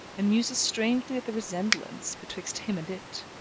and muses strangely at the resemblance betwixt him and it.